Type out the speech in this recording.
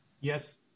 Yes